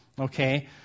Okay